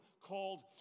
called